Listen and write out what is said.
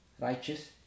righteous